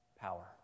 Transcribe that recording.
power